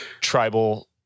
tribal